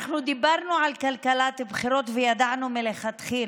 דיברנו על כלכלת בחירות ולצערי הרב ידענו מלכתחילה,